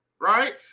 right